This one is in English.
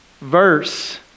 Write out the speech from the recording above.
verse